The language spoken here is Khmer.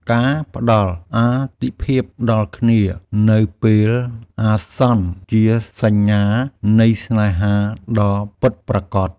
ការផ្តល់អាទិភាពដល់គ្នានៅពេលអាសន្នជាសញ្ញានៃស្នេហាដ៏ពិតប្រាកដ។